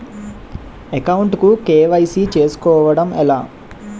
Account కు KYC చేసుకోవడం ఎలా?